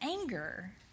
anger